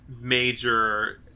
major